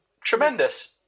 tremendous